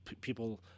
people